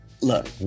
Look